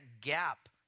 gap